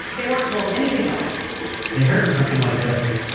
they weren't told anything else they heard something like this